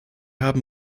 haben